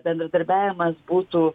bendradarbiavimas būtų